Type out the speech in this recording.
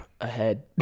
ahead